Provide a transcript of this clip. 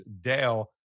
Dale